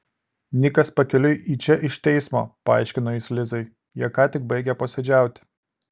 nikas pakeliui į čia iš teismo paaiškino jis lizai jie ką tik baigė posėdžiauti